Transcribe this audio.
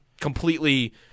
completely